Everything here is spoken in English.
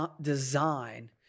design